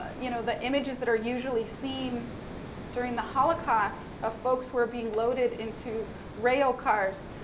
you know, the images that are usually seen during the holocaust of folks who are being loaded into rail cars,